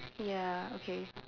ya okay